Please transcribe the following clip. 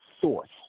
source